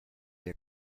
your